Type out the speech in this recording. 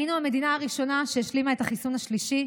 היינו המדינה הראשונה שהשלימה את החיסון השלישי,